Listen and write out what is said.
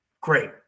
great